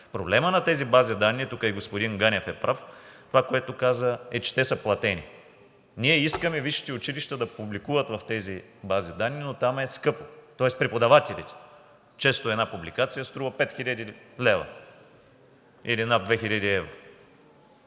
Проблемът на тези бази данни – тук и господин Ганев е прав в това, което каза, че те са платени. Ние искаме висшите училища да публикуват в тези бази данни, но там е скъпо за преподавателите. Често една публикация струва 5 хил. лв., или над 2 хил. евро.